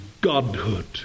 Godhood